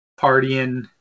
partying